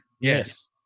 Yes